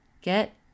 Get